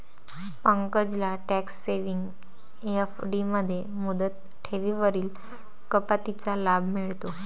पंकजला tax saving FD मध्ये मुदत ठेवींवरील कपातीचा लाभ मिळतो